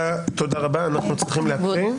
פניתי לחברות אירופאיות בנושא של ביטוח.